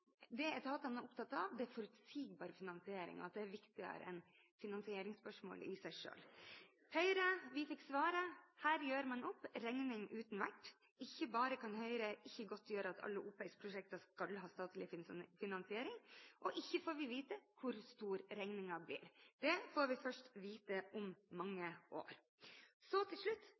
Det etatene er opptatt av, er forutsigbar finansiering, at det er viktigere enn finansieringsspørsmålet i seg selv. Til Høyre: Vi fikk svaret, her gjør man opp regning uten vert. Ikke bare er det slik at Høyre ikke kan godtgjøre at alle OPS-prosjekter skal ha statlig finansiering, vi får heller ikke vite hvor stor regningen blir. Det får vi først vite om mange år. Til slutt